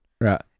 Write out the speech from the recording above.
right